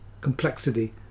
complexity